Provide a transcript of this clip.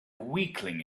weakling